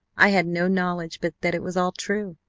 i had no knowledge but that it was all true,